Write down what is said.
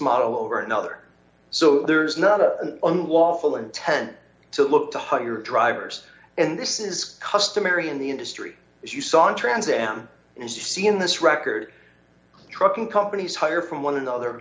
model over another so there's not an unlawful intent to look to hire drivers and this is customary in the industry as you saw on trans am you see in this record trucking companies hire from one another